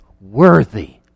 worthy